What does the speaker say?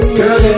girl